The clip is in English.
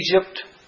Egypt